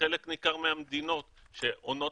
שחלק ניכר מהמדינות שעונות